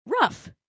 rough